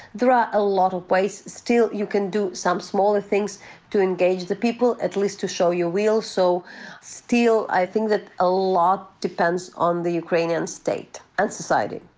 there are a lot of ways still you can do some smaller things to engage the people, at least to show you will. so still i think that a lot depends on the ukrainian state and society.